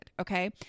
Okay